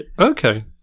Okay